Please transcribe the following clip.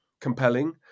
compelling